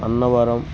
Annavaram